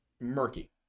murky